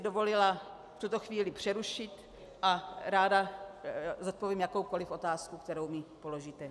Dovolila bych si v tuto chvíli přerušit a ráda zodpovím jakoukoliv otázku, kterou mi položíte.